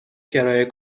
کرایه